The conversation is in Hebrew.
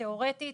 התיאורטית